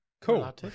cool